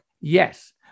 Yes